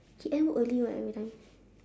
he end work early right every time